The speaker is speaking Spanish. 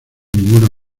ninguna